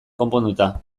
konponduta